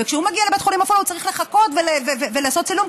וכשהוא מגיע לבית חולים עפולה הוא צריך לחכות ולעשות צילום,